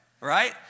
right